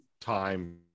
time